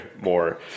more